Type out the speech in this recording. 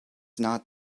not